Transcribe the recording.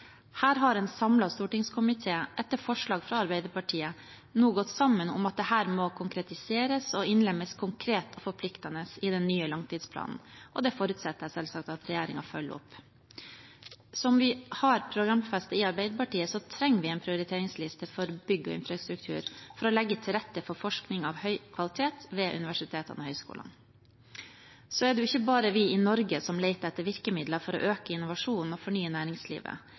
Her har en samlet stortingskomité, etter forslag fra Arbeiderpartiet, nå gått sammen om at dette må konkretiseres og innlemmes konkret og forpliktende i den nye langtidsplanen. Det forutsetter jeg selvsagt at regjeringen følger opp. Som vi har programfestet i Arbeiderpartiet, trenger vi en prioriteringsliste for bygg og infrastruktur for å legge til rette for forskning av høy kvalitet ved universitetene og høyskolene. Det er ikke bare vi i Norge som leter etter virkemidler for å øke innovasjonen og fornye næringslivet.